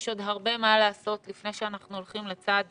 יש עוד הרבה מה לעשות לפני שאנחנו הולכים לצעד